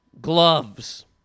gloves